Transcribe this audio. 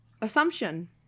Assumption